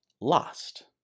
lost